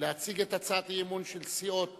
להציג את הצעת האי-אמון של סיעות